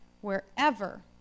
wherever